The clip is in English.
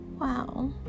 Wow